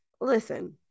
listen